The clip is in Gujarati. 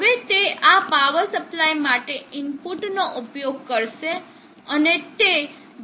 હવે તે આ પાવર સપ્લાય માટે ઇનપુટનો ઉપયોગ કરશે અને તે જરૂરી આઉટપુટ આપશે